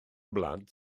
blant